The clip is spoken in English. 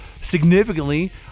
significantly